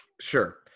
Sure